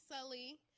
Sully